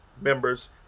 members